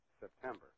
September